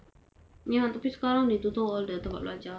ya lah tapi sekarang mereka tutup all the tempat belajar